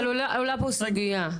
אבל עולה פה סוגייה,